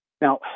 Now